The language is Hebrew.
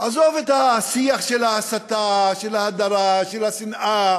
עזוב את השיח של ההסתה, של ההדרה, של השנאה.